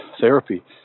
therapy